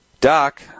Doc